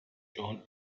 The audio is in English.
john